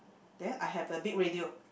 then I have a big radio